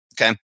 Okay